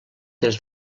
des